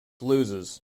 loses